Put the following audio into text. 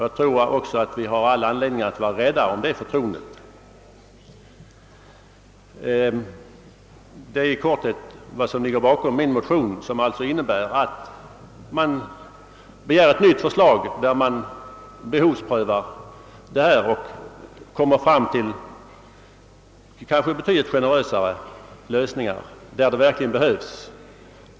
Jag tror också att vi har all anledning att vara rädda om det förtroendet. Detta är i korthet vad som ligger bakom min motion, som innebär att man begär ett nytt förslag, enligt vilket en behovsprövning införes. Därigenom skulle vi kanske kunna komma fram till en betydligt mera generös lösning av frågan om var en pension verkligen behövs.